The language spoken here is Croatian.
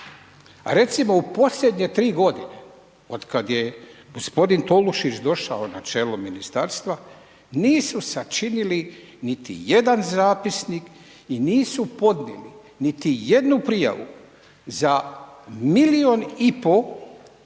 recimo u posljednje 3 godine otkad je g. Tolušić došao na čelo ministarstva nisu sačinili niti jedan zapisnik i nisu podnijeli niti jednu prijavu za milijun i pol kubika